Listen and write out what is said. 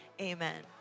Amen